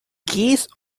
geese